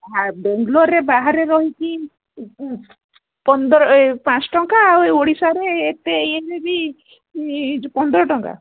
ଆ ବାଙ୍ଗଲୋରରେ ବାହାରେ ରହିଛି ପନ୍ଦର ପାଞ୍ଚ ଟଙ୍କା ଆଉ ଏ ଓଡ଼ିଶାରେ ଏତେ ଇଏରେ ବି ପନ୍ଦର ଟଙ୍କା